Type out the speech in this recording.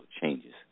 changes